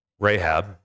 Rahab